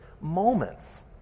moments